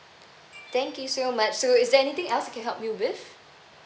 thank you so much so is there anything else I can help you with